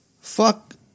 fuck